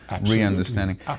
re-understanding